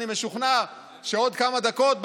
אני משוכנע שבעוד כמה דקות,